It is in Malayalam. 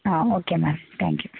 ആ ഓക്കെ എന്നാൽ താങ്ക്യൂ